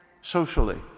socially